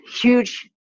huge